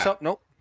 Nope